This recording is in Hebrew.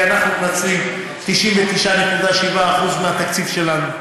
כי אנחנו מנצלים 99.7% מהתקציב שלנו,